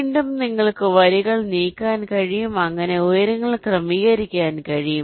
വീണ്ടും നിങ്ങൾക്ക് വരികൾ നീക്കാൻ കഴിയും അങ്ങനെ ഉയരങ്ങൾ ക്രമീകരിക്കാൻ കഴിയും